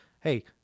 hey